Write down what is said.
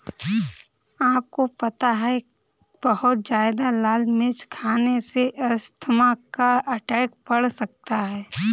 आपको पता है बहुत ज्यादा लाल मिर्च खाने से अस्थमा का अटैक पड़ सकता है?